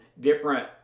different